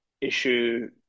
issue